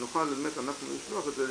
שנוכל לשלוח את זה,